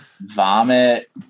vomit